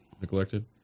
neglected